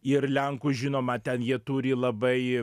ir lenkų žinoma ten jie turi labai